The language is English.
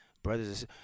brothers